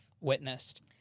witnessed